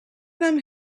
them